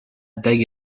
beg